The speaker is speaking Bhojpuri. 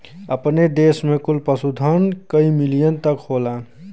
अपने देस में कुल पशुधन कई मिलियन तक होला